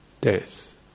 death